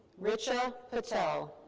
richa patel.